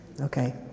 Okay